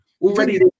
Already